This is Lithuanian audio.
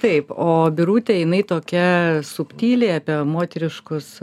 taip o birutė jinai tokia subtiliai apie moteriškus